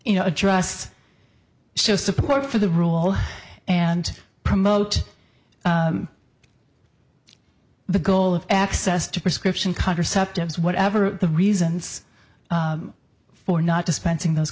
you know it just shows support for the rule and promote the goal of access to prescription contraceptives whatever the reasons for not dispensing those